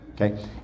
Okay